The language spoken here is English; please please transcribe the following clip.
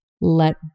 let